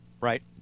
Right